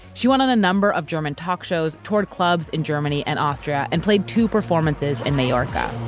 she went on a number of german talk shows, toured clubs in germany and austria, and played two performances in mallorca.